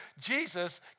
Jesus